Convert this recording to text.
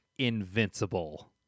invincible